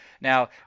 Now –